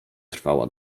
trwała